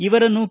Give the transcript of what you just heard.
ಇವರನ್ನು ಕೆ